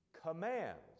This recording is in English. commands